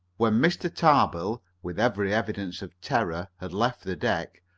when mr. tar-bill, with every evidence of terror, had left the deck,